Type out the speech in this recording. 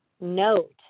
note